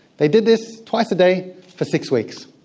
they did this twice a day for six weeks.